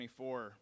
24